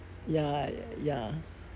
ya ya ya